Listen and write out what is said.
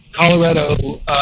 Colorado